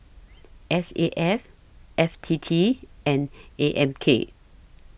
S A F F T T and A M K